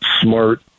smart